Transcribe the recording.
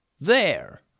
There